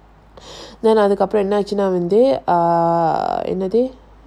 அதுக்குஅப்புறம்என்னாச்சுன்னாவந்து:adhuku apuram ennachuna vandhu err என்னது:ennathu